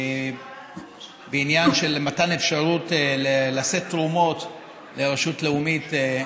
בעניין של מתן אפשרות לשאת תרומות לרשות לאומית,